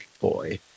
boy